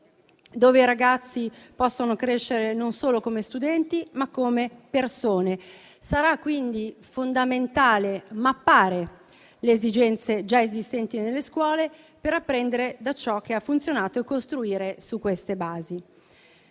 dove i ragazzi possano crescere non solo come studenti, ma come persone. Sarà quindi fondamentale mappare le esigenze già esistenti nelle scuole per apprendere da ciò che ha funzionato e costruire su queste basi.